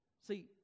See